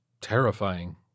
terrifying